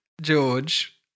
George